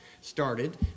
Started